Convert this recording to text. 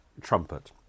trumpet